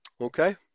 Okay